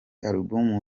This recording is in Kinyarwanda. album